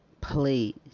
please